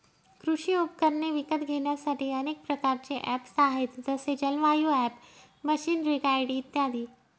कृषी उपकरणे विकत घेण्यासाठी अनेक प्रकारचे ऍप्स आहेत जसे जलवायु ॲप, मशीनरीगाईड इत्यादी